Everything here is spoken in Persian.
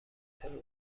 تروت